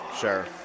Sure